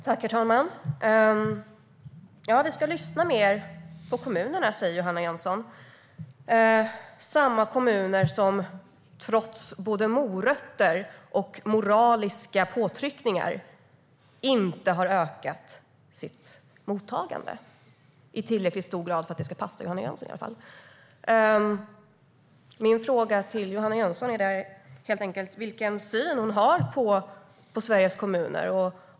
Herr talman! Vi ska lyssna mer på kommunerna, säger Johanna Jönsson - samma kommuner som trots både morötter och moraliska påtryckningar inte har ökat sitt mottagande, i alla fall inte i tillräckligt hög grad för att det ska passa Johanna Jönsson. Min fråga till Johanna Jönsson är helt enkelt vilken syn hon har på Sveriges kommuner.